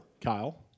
Kyle